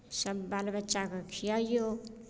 सभ बाल बच्चाकेँ खियैयौ